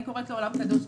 אני קוראת לו עולם קדוש,